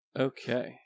Okay